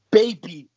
baby